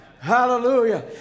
Hallelujah